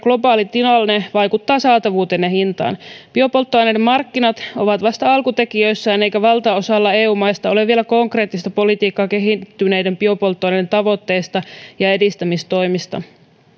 globaali tilanne vaikuttavat saatavuuteen ja hintaan biopolttoaineiden markkinat ovat vasta alkutekijöissään eikä valtaosalla eu maista ole vielä konkreettista politiikkaa kehittyneiden biopolttoaineiden tavoitteista ja edistämistoimista